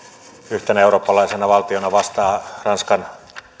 yhtenä eurooppalaisena valtiona vastaa ranskan